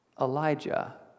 Elijah